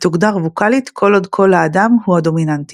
ותוגדר ווקאלית כל עוד קול האדם הוא הדומיננטי.